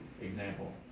example